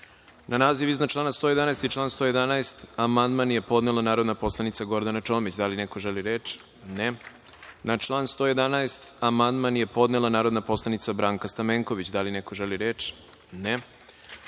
naziv iznad člana 111. i član 111. amandman je podnela narodna poslanica Gordana Čomić. Da li neko želi reč? (Ne)Na član 111. amandman je podnela narodna poslanica Branka Stamenković. Da li neko želi reč?